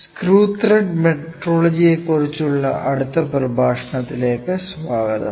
screw thread മെട്രോളജിയെക്കുറിച്ചുള്ള അടുത്ത പ്രഭാഷണത്തിലേക്ക് സ്വാഗതം